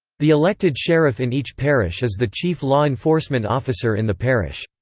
the elected sheriff in each parish is the chief law enforcement officer in the parish.